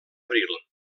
abril